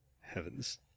Heavens